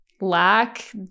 lack